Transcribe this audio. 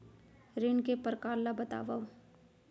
ऋण के परकार ल बतावव?